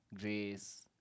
Grace